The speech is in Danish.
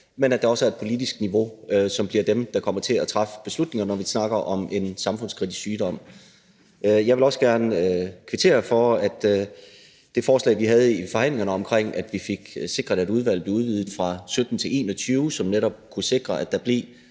med anbefalinger, og et politisk niveau, som bliver dem, der kommer til at træffe beslutningerne, når vi snakker om en samfundskritisk sygdom. Jeg vil også gerne kvittere for, at det forslag, vi havde i forhandlingerne omkring, at vi fik sikret, at udvalget blev udvidet fra 17 til 21 medlemmer, som netop kunne sikre, at der blev